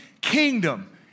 kingdom